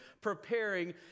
preparing